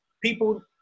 people